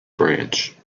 branch